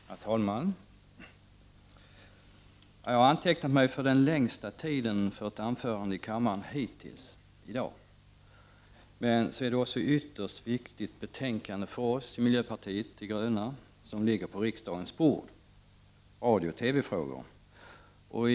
Herr talman! Jag har antecknat mig för den längsta tiden för ett anförande i kammaren hittills i dag, men så är det också för oss i miljöpartiet de gröna ett ytterst viktigt betänkande som ligger på riksdagens bord — om radiooch TV-frågor.